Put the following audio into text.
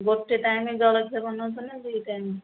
ଗୋଟେ ଟାଇମ୍ରେ ଜଳସେବନ ହେବ ନା ଦୁଇ ଟାଇମ୍